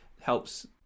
helps